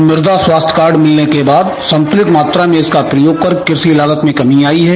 मृदा स्वास्थ्य कार्ड मिलने के बाद संतुलित मात्रा में इसका प्रयोग कर कृषि लागत में कमी आई है